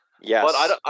Yes